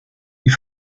die